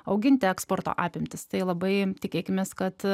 auginti eksporto apimtis tai labai tikėkimės kad